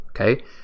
okay